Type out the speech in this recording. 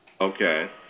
Okay